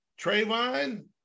Trayvon